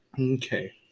Okay